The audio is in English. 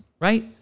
right